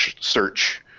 search